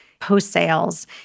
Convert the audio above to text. post-sales